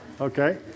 Okay